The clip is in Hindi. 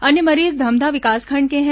अन्य मरीज धमधा विकासखंड के हैं